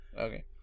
Okay